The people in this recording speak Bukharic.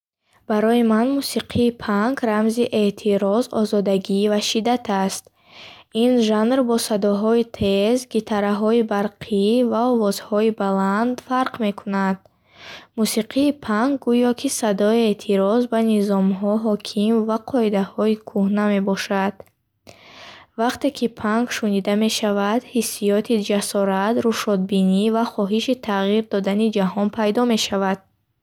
Барои ман мусиқии панк рамзи эътироз, озодагӣ ва шиддат аст. Ин жанр бо садоҳои тез, гитараҳои барқӣ ва овозҳои баланд фарқ мекунад. Мусиқии панк гӯё ки садои эътироз ба низомҳои ҳоким ва қоидаҳои кӯҳна мебошад. Вақте ки панк шунида мешавад, ҳиссиёти ҷасорат, рӯшодбинӣ ва хоҳиши тағйир додани ҷаҳон пайдо мешавад.